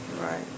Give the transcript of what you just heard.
Right